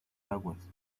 aguas